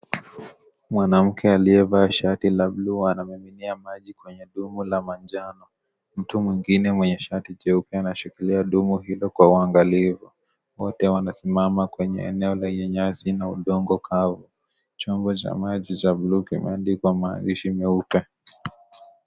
Mwanamke aliyevaa shati la bulu anamwagilia maji kwenye dumu la manjano, mtu mwingine mwenye ahati jeupe anshikilia dumu hilo kwa uangalifu, wote wamesimama kwenye eneo la nyasi na udongo kavu, chombo cha maji za bulu kimeandikwa maandishi meupe.